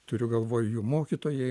turiu galvoj jų mokytojai